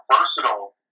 versatile